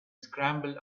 scrambled